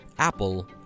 Apple